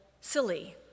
silly